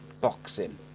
boxing